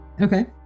okay